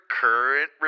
current